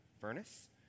furnace